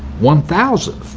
one thousand